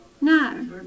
no